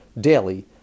daily